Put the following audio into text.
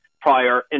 prior